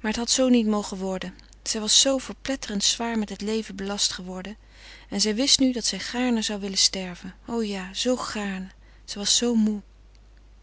maar het had zoo niet mogen worden zij was zoo verpletterd zwaar met het leven belast geworden en zij wist nu dat zij gaarne zou willen sterven o ja zoo gaarne ze was zoo moe